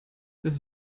this